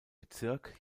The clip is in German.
bezirk